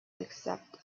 except